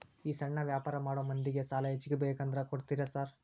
ಈ ಸಣ್ಣ ವ್ಯಾಪಾರ ಮಾಡೋ ಮಂದಿಗೆ ಸಾಲ ಹೆಚ್ಚಿಗಿ ಬೇಕಂದ್ರ ಕೊಡ್ತೇರಾ ಸಾರ್?